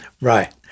Right